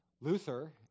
Luther